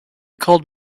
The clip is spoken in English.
called